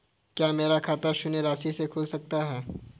क्या मेरा खाता शून्य राशि से खुल सकता है?